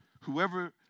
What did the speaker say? Whoever